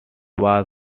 was